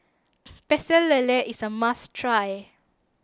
Pecel Lele is a must try